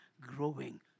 growing